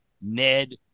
Ned